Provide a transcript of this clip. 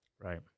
right